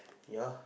ya